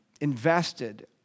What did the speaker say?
invested